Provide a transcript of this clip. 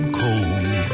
cold